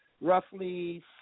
roughly